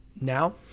now